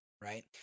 right